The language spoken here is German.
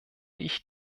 ich